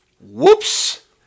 whoops